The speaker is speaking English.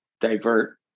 divert